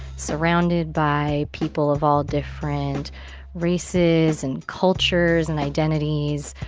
surrounded by people of all different races and cultures and identities